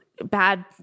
bad